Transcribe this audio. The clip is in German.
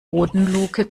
bodenluke